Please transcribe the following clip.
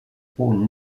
prône